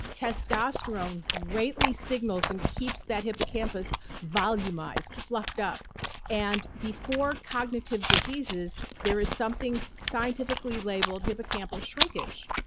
testosterone greatly signals and keeps that hippocampus volumized, fluffed up and before cognitive diseases, there is something so scientifically labeled hippocampal shrinkage.